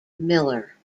miller